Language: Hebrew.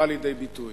בא לידי ביטוי: